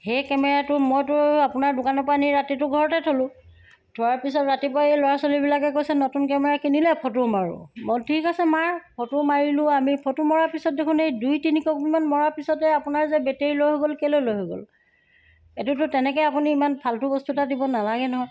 সেই কেমেৰাটো মইতো আপোনাৰ দোকানৰ পৰা নি ৰাতিটো ঘৰতে থ'লোঁ থোৱাৰ পিছত ৰাতিপুৱা এই ল'ৰা ছোৱালীবিলাকে কৈছে নতুন কেমেৰা কিনিলে ফটো মাৰোঁ মই বোলো ঠিক আছে মাৰ ফটো মাৰিলোঁ আমি ফটো মৰাৰ পিছত দেখোঁন এই দুই তিনি কপিমান মৰাৰ পিছতে আপোনাৰ যে বেটেৰী ল' হৈ গ'ল কেলৈ ল' হৈ গ'ল এইটোতো তেনেকৈ আপুনি ইমান ফাল্টু বস্তু এটা দিব নালাগে নহয়